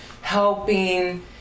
helping